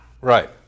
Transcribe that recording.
Right